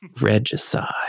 regicide